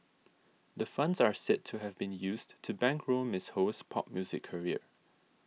the funds are said to have been used to bankroll Miss Ho's pop music career